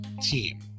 team